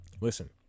listen